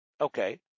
Okay